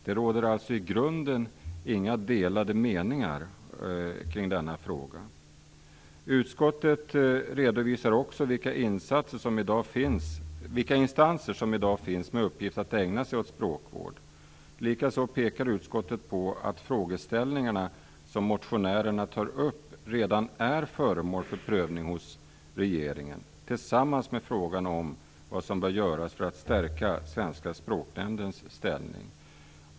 Det råder alltså i grunden inga delade meningar kring denna fråga. Utskottet redovisar också vilka instanser som i dag finns med uppgift att ägna sig åt språkvård. Likaså pekar utskottet på att de frågeställningar som motionärerna tar upp redan är föremål för prövning hos regeringen, tillsammans med frågan om vad som bör göras för att stärka Svenska språknämndens ställning.